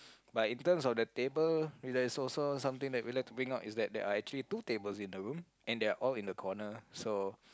but in terms of the table is like so so something that we'd like to bring out is that there are actually two tables in the room and they are all in the corner so